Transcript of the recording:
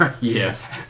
Yes